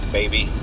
baby